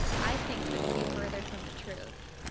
i think, couldn't be further from the truth.